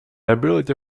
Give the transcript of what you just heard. ability